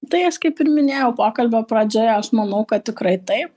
tai aš kaip ir minėjau pokalbio pradžioje aš manau kad tikrai taip